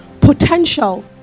potential